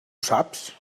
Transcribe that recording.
saps